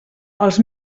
els